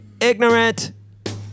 ignorant